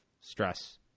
stress